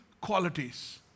qualities